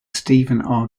steven